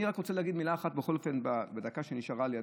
אני רק רוצה להגיד מילה אחת בכל אופן בדקה שנשארה לי,